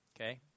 Okay